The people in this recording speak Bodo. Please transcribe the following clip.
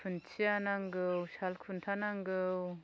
खुन्थिया नांगौ सालखुन्था नांगौ